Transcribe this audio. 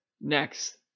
next